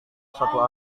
satu